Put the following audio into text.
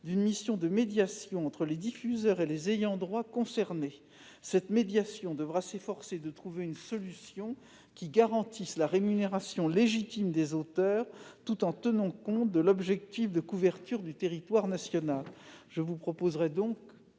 d'une mission de médiation entre les diffuseurs et les ayants droit concernés. Cette médiation devra s'efforcer de trouver une solution qui garantisse la rémunération légitime des auteurs, tout en tenant compte de l'objectif de couverture du territoire national. Je sollicite donc